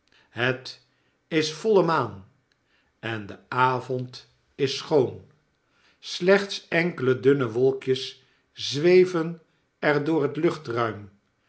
het is voile maan en de avond is schoon slechts enkele dunne wolkjes zweven er door het